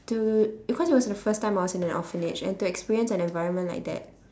to because it was the first time I was in an orphanage and to experience an environment like that